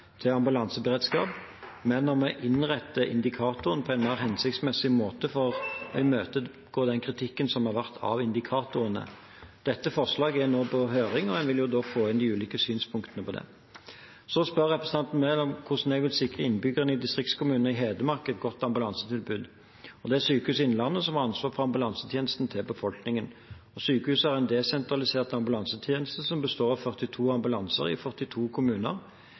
til ambulanseberedskap, men om å innrette indikatoren på en mer hensiktsmessig måte for å imøtegå kritikken som har vært av indikatorene. Forslaget er nå på høring, og en vil da få inn de ulike synspunktene på det. Representanten Enger Mehl spør hvordan jeg vil sikre innbyggerne i distriktskommuner i Hedmark et godt ambulansetilbud. Det er Sykehuset Innlandet som har ansvaret for ambulansetjenesten til befolkningen. Sykehuset har en desentralisert ambulansetjeneste som består av 42 ambulanser i 42 kommuner,